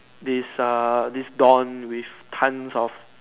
this err this don with tons of